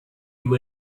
you